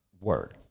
Word